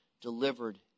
delivered